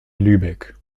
lübeck